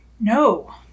No